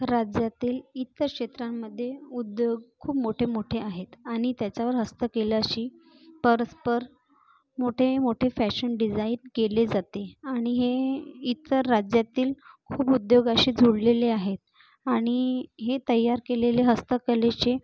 राज्यातील इतर क्षेत्रांमध्ये उद्योग खूप मोठे मोठे आहेत आणि त्याच्यावर हस्तकलेशी परस्पर मोठे मोठे फॅशन डिझाईन केले जाते आणि हे इतर राज्यातील खूप उद्योगाशी जुळलेले आहे आणि हे तयार केलेले हस्तकलेचे